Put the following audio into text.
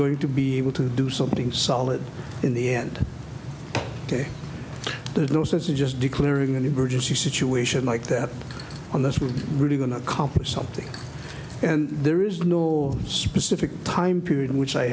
going to be able to do something solid in the end there's no sense of just declaring an emergency situation like that on this we're really going to accomplish something and there is no specific time period in which